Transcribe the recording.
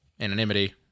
anonymity